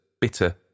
bitter